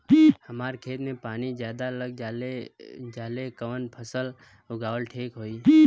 हमरा खेत में पानी ज्यादा लग जाले कवन फसल लगावल ठीक होई?